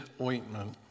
ointment